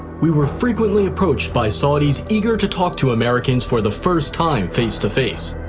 we were frequently approached by saudis eager to talk to americans for the first time face to face.